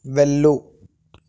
వెళ్ళు